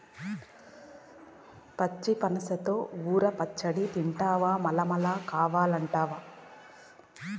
పచ్చి పనసతో ఊర పచ్చడి తింటివా మల్లమల్లా కావాలంటావు